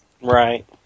Right